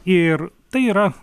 ir tai yra